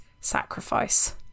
sacrifice